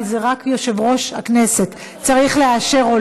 כי זה רק יושב-ראש הכנסת צריך לאשר,